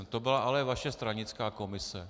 To byla ale vaše stranická komise!